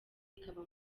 ikaba